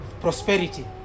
prosperity